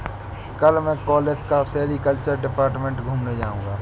कल मैं कॉलेज का सेरीकल्चर डिपार्टमेंट घूमने जाऊंगा